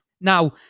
Now